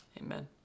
Amen